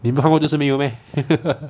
你没有看过就是没有 meh